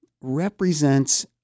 represents